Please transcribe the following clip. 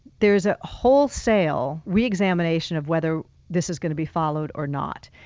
there's a wholesale reexamination of whether this is going to be followed or not.